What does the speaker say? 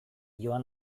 joan